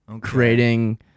creating